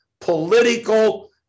political